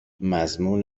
مضمون